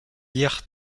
lire